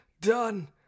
done